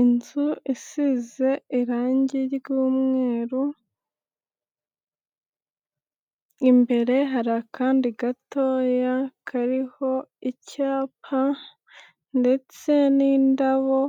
Inzu isize irangi ry'umweru, imbere hari akandi gatoya kariho icyapa, ndetse n'indabo,